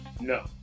No